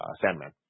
Sandman